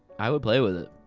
i would play with it.